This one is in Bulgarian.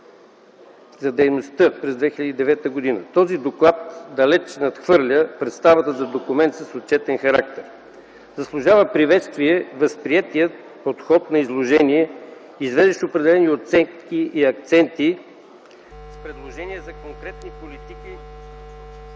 за дейността през 2009 г. Този доклад далеч надхвърля представата за документ с отчетен характер. Заслужава приветствие възприетият подход на изложение, извеждащ определени оценки и акценти с предложения за конкретни политики